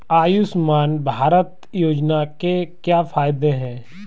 आयुष्मान भारत योजना के क्या फायदे हैं?